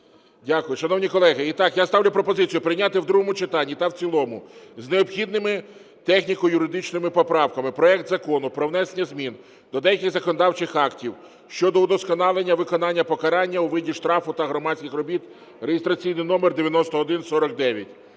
Дякую. Шановні колеги, і так, я ставлю пропозицію прийняти в другому читанні та в цілому з необхідними техніко-юридичними поправками проект Закону про внесення змін до деяких законодавчих актів щодо удосконалення виконання покарання у виді штрафу та громадських робіт (реєстраційний номер 9149).